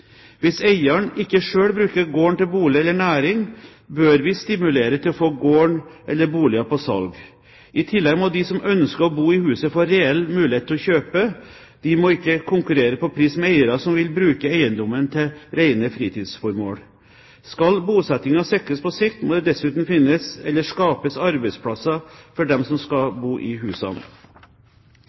Hvis eieren ikke selv bruker gården til bolig eller næring, bør vi stimulere til å få gården eller boligen på salg. I tillegg må de som ønsker å bo i huset, få reell mulighet til å kjøpe, de må ikke konkurrere på pris med eiere som vil bruke eiendommen til rene fritidsformål. Skal bosettingen sikres på sikt, må det dessuten finnes eller skapes arbeidsplasser for dem som skal bo i husene.